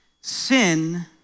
Sin